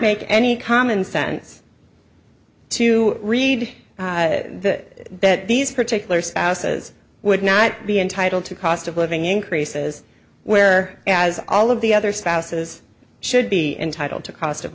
make any common sense to read that these particular spouses would not be entitled to cost of living increases where as all of the other spouses should be entitled to cost of